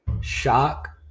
shock